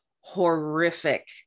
horrific